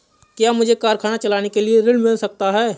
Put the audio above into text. क्या मुझे कारखाना चलाने के लिए ऋण मिल सकता है?